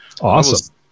Awesome